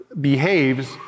behaves